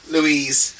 Louise